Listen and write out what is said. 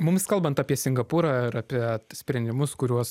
mums kalbant apie singapūrą ir apie t sprendimus kuriuos